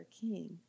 king